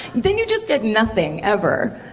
then you just get nothing, ever.